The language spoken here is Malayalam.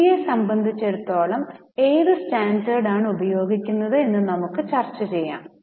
ഇന്ത്യയെ സംബന്ധിച്ചിടത്തോളം ഏത് സ്റ്റാൻഡേർഡ് ആണ് ഉപയോഗിക്കുന്നത്എന്ന് നമുക്കു ചർച്ച ചെയ്യാം